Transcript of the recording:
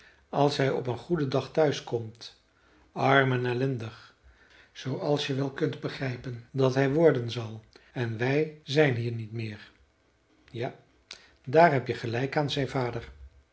als hij op een goeden dag thuiskomt arm en ellendig zooals je wel kunt begrijpen dat hij worden zal en wij zijn hier niet meer ja daar heb je gelijk aan zei vader